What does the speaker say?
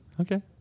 Okay